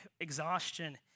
exhaustion